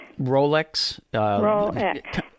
Rolex